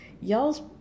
y'all's